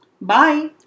Bye